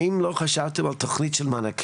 האם לא חשבתם על תכנית של מענקים,